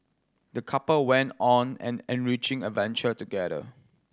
the couple went on an enriching adventure together